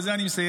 ובזה אני מסיים,